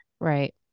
Right